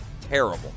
terrible